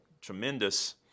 tremendous